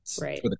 Right